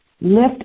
lift